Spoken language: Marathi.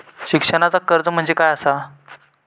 शिक्षणाचा कर्ज म्हणजे काय असा?